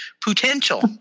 Potential